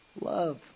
Love